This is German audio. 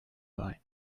wein